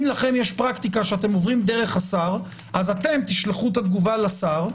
אם לכם יש פרקטיקה שאתם עוברים דרך השר אז אתם תשלחו את התגובה לשר,